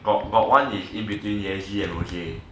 got one is in between jesse and rosae